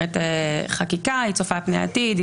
חקיקה צופה פני עתיד,